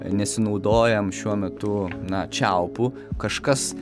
nesinaudojam šiuo metu na čiaupu kažkas